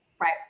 Right